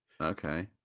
Okay